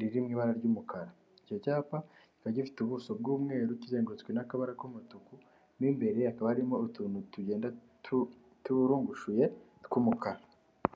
riri mu ibara ry'umukara. Icyo cyapa kikaba gifite ubuso bw'umweru kizengurutswe n'akabara k'umutuku, mo imbere hakaba harimo utuntu tujyemda tuburungushuye tw'umukara.